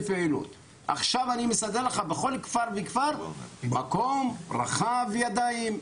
עכשיו אני מסדר לך בכל כפר וכפר מקום רחב ידיים,